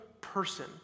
person